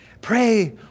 pray